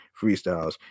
freestyles